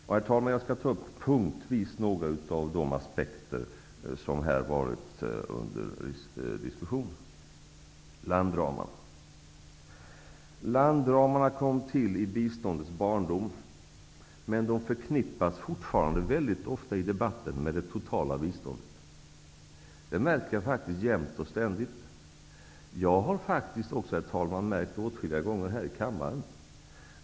Jag skall ta upp punktvis några av de aspekter som har varit under diskussion. Landramarna kom till i biståndets barndom, men de förknippas fortfarande väldigt ofta i debatten med det totala biståndet. Det märker jag jämt och ständigt, faktiskt också åtskilliga gånger här i kammaren.